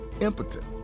impotent